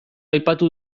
aipatu